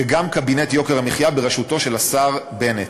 וגם קבינט יוקר המחיה בראשותו של השר בנט,